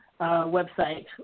website